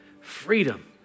Freedom